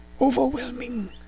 Overwhelming